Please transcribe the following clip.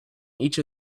each